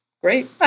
great